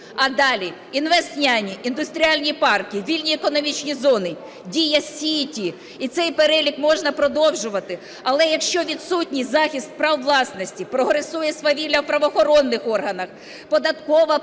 А далі: інвестняні, індустріальні парки, вільні економічні зони, Дія Сіті. І цей перелік можна продовжувати. Але якщо відсутній захист прав власності, прогресує свавілля в правоохоронних органах, податкова